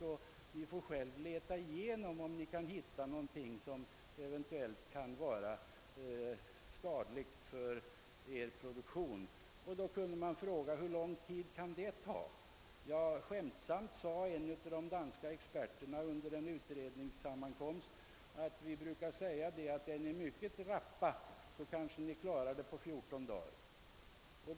Ni får själv se efter, om Ni kan hitta någonting som eventuellt är till hinder för Er produktion.> Då kunde han fråga: >Hur lång tid kan det ta?> Skämtsamt sade en av de danska experterna under en utredningssammankomst: »Vi brukar svara, att om Ni är mycket rapp, kanske Ni klarar det på 14 dagar.